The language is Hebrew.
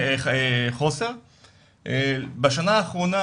בשנה האחרונה,